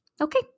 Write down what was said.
Okay